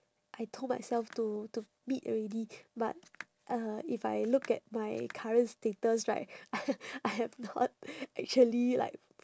I told myself to to meet already but uh if I look at my current status right I have not actually like